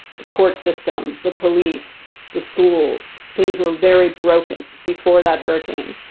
the court system, the police, the schools. things were very broken before that hurricane.